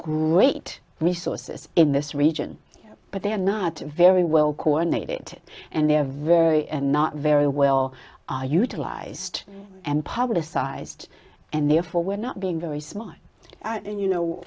great resources in this region but they are not very well coordinated and they are very and not very well are utilized and publicized and therefore we're not being very smart and you know